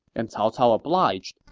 and cao cao obliged.